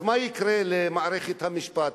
אז מה יקרה למערכת המשפט?